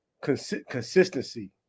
Consistency